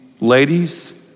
ladies